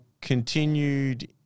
continued